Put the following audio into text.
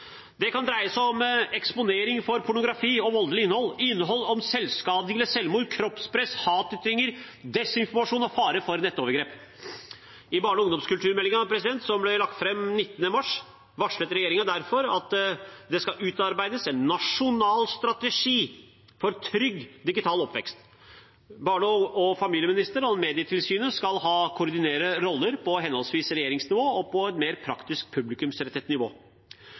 Det kan dreie seg om eksponering for pornografi og voldelig innhold, innhold om selvskading eller selvmord, kroppspress, hatytringer, desinformasjon og fare for nettovergrep. I barne- og ungdomskulturmeldingen, som ble lagt fram 19. mars, varslet regjeringen derfor at det skal utarbeides en nasjonal strategi for trygg digital oppvekst. Barne- og familieministeren og Medietilsynet skal ha koordinerende roller på henholdsvis regjeringsnivå og det mer